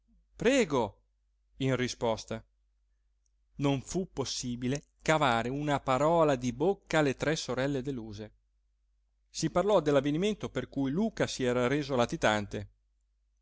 prego in risposta non fu possibile cavare una parola di bocca alle tre sorelle deluse si parlò dell'avvenimento per cui luca si era reso latitante